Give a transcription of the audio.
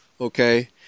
okay